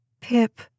Pip